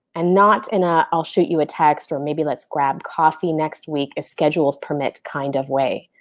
and not in a, i'll shoot you a text or maybe let's grab coffee next week if schedules permit kind of way.